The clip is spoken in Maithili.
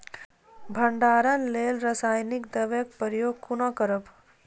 भंडारणक लेल रासायनिक दवेक प्रयोग कुना करव?